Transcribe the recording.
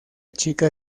chica